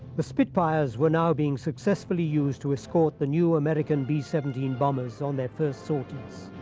the spitfires were now being successfully used to escort the new american b seventeen bombers on their first sorties.